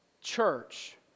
church